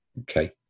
Okay